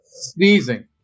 Sneezing